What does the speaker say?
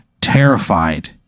terrified